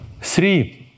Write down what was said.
three